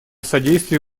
содействие